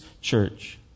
church